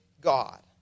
God